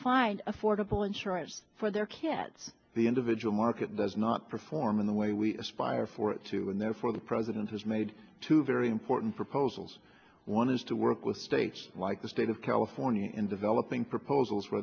find affordable insurance for their kids the individual market does not perform in the way we aspire for it to and therefore the president has made two very important proposals one is to work with states like the state of california in developing proposals